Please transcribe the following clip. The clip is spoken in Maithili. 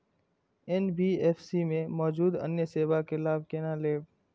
एन.बी.एफ.सी में मौजूद अन्य सेवा के लाभ केना लैब?